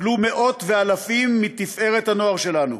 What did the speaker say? נפלו מאות ואלפים מתפארת הנוער שלנו